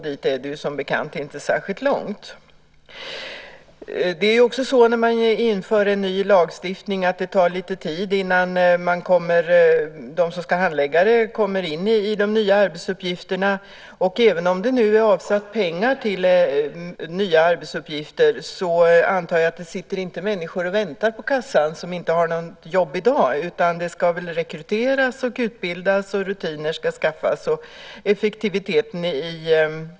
Dit är det ju som bekant inte särskilt långt. När man inför en ny lagstiftning tar det lite tid innan de som ska handlägga det kommer in i de nya arbetsuppgifterna. Även om det nu är avsatt pengar till nya arbetsuppgifter antar jag att det inte sitter människor och väntar på kassan som inte har något jobb i dag. Det ska väl rekryteras och utbildas, och rutiner ska skaffas.